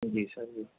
جی sir جی